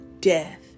death